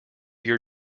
your